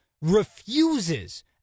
refuses